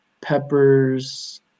peppers